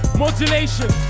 modulation